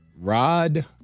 Rod